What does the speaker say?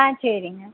ஆ சரிங்க